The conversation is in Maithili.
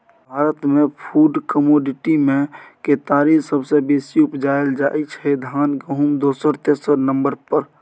भारतमे फुड कमोडिटीमे केतारी सबसँ बेसी उपजाएल जाइ छै धान गहुँम दोसर तेसर नंबर पर